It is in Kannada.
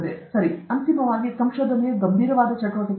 ಸರಿ ಅಂತಿಮವಾಗಿ ಸಂಶೋಧನೆಯು ಗಂಭೀರವಾದ ಚಟುವಟಿಕೆಯಾಗಿದೆ